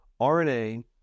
RNA